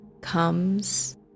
comes